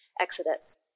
Exodus